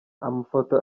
amafoto